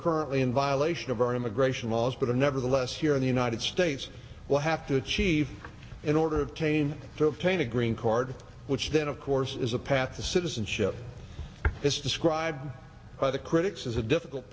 currently in violation of our immigration laws but are nevertheless here in the united states will have to achieve in order of chain to obtain a green card which then of course is a path to citizenship as described by the critics is a difficult